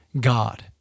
God